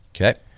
Okay